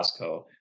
Costco